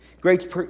Great